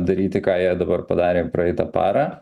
daryti ką jie dabar padarė praeitą parą